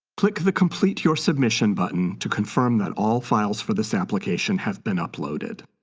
click the complete your submission button to confirm that all files for this application have been uploaded.